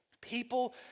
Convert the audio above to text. people